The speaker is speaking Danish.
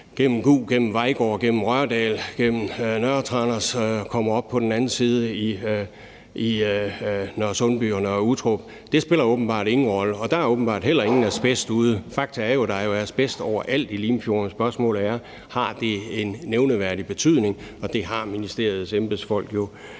gennem Gug, gennem Vejgaard, gennem Rørdal, gennem Nørre Tranders og op på den anden side i Nørresundby og Nørre Uttrup. Det spiller åbenbart ingen rolle, og der er åbenbart heller ingen asbest derude. Fakta er jo, at der er asbest overalt i fjorden. Spørgsmålet er, om det har en nævneværdig betydning, og det har ministeriets embedsfolk jo